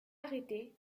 arrêté